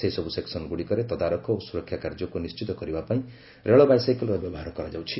ସେହିସବୁ ସେକ୍କନଗୁଡ଼ିକରେ ତଦାରଖ ଓ ସୁରକ୍ଷା କାର୍ଯ୍ୟକୁ ନିଶ୍ଚିତ କରିବା ପାଇଁ ରେଳ ବାଇସାଇକେଲ୍ର ବ୍ୟବହାର କରାଯାଉଛି